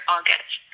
August